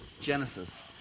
Genesis